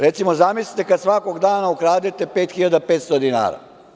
Recimo zamislite kada svakoga dana ukradete 5.500 dinara.